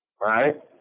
Right